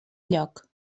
lloc